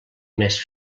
més